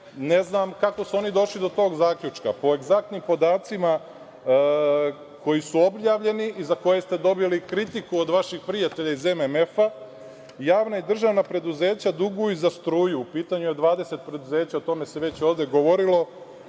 ne znam kako su oni došli do tog zaključka. Po egzaktnim podacima koji su objavljeni i za koje ste dobili kritiku od vaših prijatelja iz MMF-a, javna i državna preduzeća duguju za struju, a u pitanju je 20 preduzeća, o čemu se ovde već govorilo,